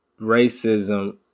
racism